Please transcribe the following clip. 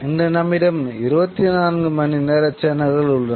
இன்று நம்மிடம் 24 மணிநேர சேனல்கள் உள்ளன